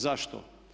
Zašto?